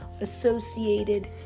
associated